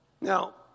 Now